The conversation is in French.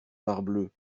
parbleu